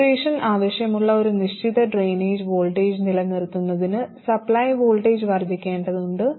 saturation ആവശ്യമുള്ള ഒരു നിശ്ചിത ഡ്രെയിനേജ് വോൾട്ടേജ് നിലനിർത്തുന്നതിന് സപ്ലൈ വോൾട്ടേജ് വർദ്ധിക്കേണ്ടതുണ്ട്